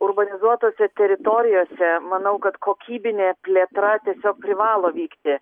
urbanizuotose teritorijose manau kad kokybinė plėtra tiesiog privalo vykti